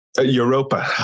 Europa